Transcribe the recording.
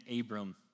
Abram